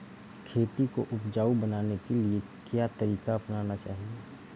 खेती को उपजाऊ बनाने के लिए क्या तरीका अपनाना चाहिए?